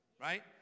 Right